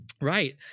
Right